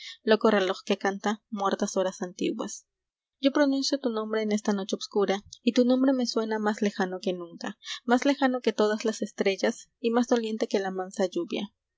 música loco reloj que canta muertas horas antiguas yo pronuncio tu nombre en esta noche obscura y tu nombre me suena más lejano que nunca más lejano que todas las estrellas y más doliente que la mansa lluvia